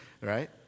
right